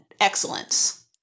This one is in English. excellence